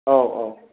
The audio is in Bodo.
औ औ